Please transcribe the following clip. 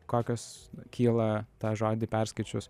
kokios kyla tą žodį perskaičius